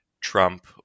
Trump